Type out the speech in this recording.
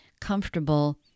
comfortable